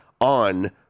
on